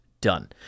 done